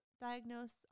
diagnose